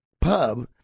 pub